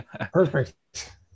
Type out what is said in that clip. Perfect